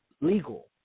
legal